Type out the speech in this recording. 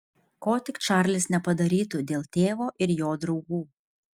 ko tik čarlis nepadarytų dėl tėvo ir jo draugų